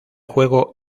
juego